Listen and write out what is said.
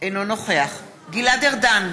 אינו נוכח גלעד ארדן,